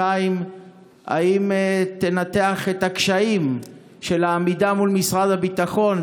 2. האם תנתח את הקשיים של העמידה מול משרד הביטחון,